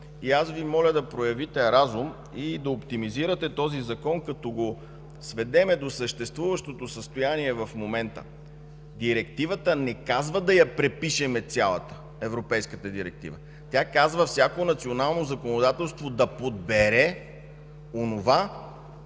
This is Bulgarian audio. и аз Ви моля да проявите разум и да оптимизирате този Закон, като го сведем до съществуващото състояние в момента. Европейската директива не казва да я препишем цялата. Тя казва всяко национално законодателство да подбере онова,